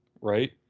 right